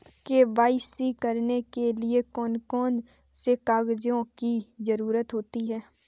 KYC करने के लिए कौन कौन से कागजों की जरूरत होती है?